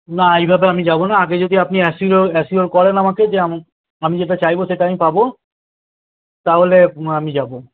না এইভাবে আমি যাবো না আগে যদি আপনি অ্যাসিওর অ্যাসিওর করেন আমাকে যে আমি আমি যেটা চাইবো সেটা আমি পাবো তাহলে আমি যাবো